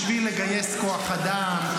בשביל לגייס כוח אדם,